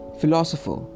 Philosopher